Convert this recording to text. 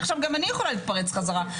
עכשיו גם אני יכולה להתפרץ חזרה,